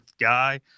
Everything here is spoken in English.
guy